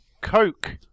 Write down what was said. Coke